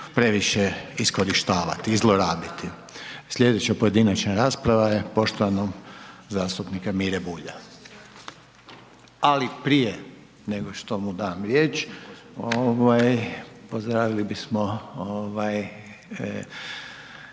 previše iskorištavati i zlorabiti. Sljedeća pojedinačna rasprava je poštovanog zastupnika Mire Bulja ali prije nego što mu dam riječ pozdravili bismo